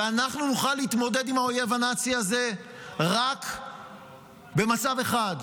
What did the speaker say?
ואנחנו נוכל להתמודד עם האויב הנאצי הזה רק במצב אחד,